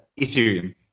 Ethereum